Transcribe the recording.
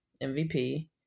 MVP